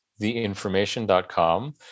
theinformation.com